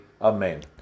Amen